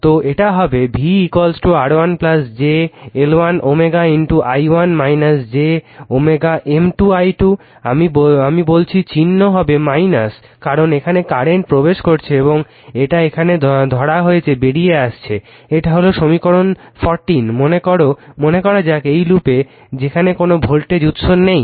তো এটা হবে V R1 j L1 i1 j M i2 আমি বলেছি চিহ্ন হবে - কারণ এখানে কারেন্ট প্রবেশ করছে এবং এটা এখানে ধরা হয়েছে বেরিয়ে আসছে এটা হলো সমীকরণ 14 মনে করা যাক এই লুপে যেখানে কোনো ভোল্টেজ উৎস নেই